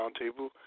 Roundtable